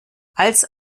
als